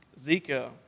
Zika